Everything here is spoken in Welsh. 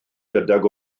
gydag